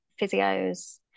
physios